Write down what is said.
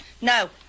No